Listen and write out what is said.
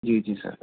جی جی سر